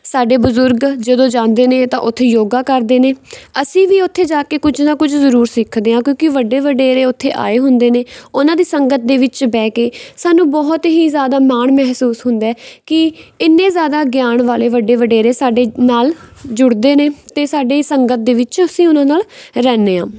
ਸਾਡੇ ਬਜ਼ੁਰਗ ਜਦੋਂ ਜਾਂਦੇ ਨੇ ਤਾਂ ਉੱਥੇ ਯੋਗਾ ਕਰਦੇ ਨੇ ਅਸੀਂ ਵੀ ਉੱਥੇ ਜਾ ਕੇ ਕੁਝ ਨਾ ਕੁਝ ਜ਼ਰੂਰ ਸਿੱਖਦੇ ਹਾਂ ਕਿਉਂਕਿ ਵੱਡੇ ਵਡੇਰੇ ਉੱਥੇ ਆਏ ਹੁੰਦੇ ਨੇ ਉਹਨਾਂ ਦੀ ਸੰਗਤ ਦੇ ਵਿੱਚ ਬਹਿ ਕੇ ਸਾਨੂੰ ਬਹੁਤ ਹੀ ਜ਼ਿਆਦਾ ਮਾਣ ਮਹਿਸੂਸ ਹੁੰਦਾ ਕਿ ਇੰਨੇ ਜ਼ਿਆਦਾ ਗਿਆਨ ਵਾਲੇ ਵੱਡੇ ਵਡੇਰੇ ਸਾਡੇ ਨਾਲ ਜੁੜਦੇ ਨੇ ਅਤੇ ਸਾਡੀ ਸੰਗਤ ਦੇ ਵਿੱਚ ਅਸੀਂ ਉਹਨਾਂ ਨਾਲ ਰਹਿੰਦੇ ਹਾਂ